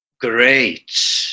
Great